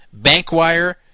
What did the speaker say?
Bankwire